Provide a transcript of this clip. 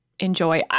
enjoy